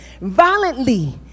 violently